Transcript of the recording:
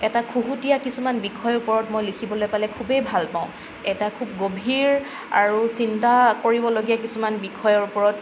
এটা খুহুতীয়া কিছুমান বিষয়ৰ ওপৰত মই লিখিবলৈ পালে খুবেই ভালপাওঁ এটা খুব গভীৰ আৰু চিন্তা কৰিবলগীয়া কিছুমান বিষয়ৰ ওপৰত